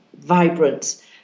vibrant